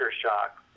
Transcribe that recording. shock